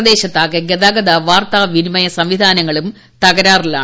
പ്രദേശത്താകെ ഗതാഗത വാർത്താവിനിമയ സംവിധാനങ്ങളും തകരാറിലാണ്